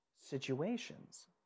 situations